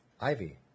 Ivy